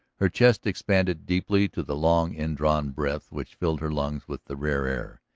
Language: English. her chest expanded deeply to the long indrawn breath which filled her lungs with the rare air.